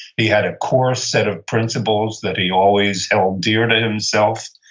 he had a core set of principles that he always held dear to himself,